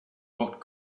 what